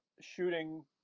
shooting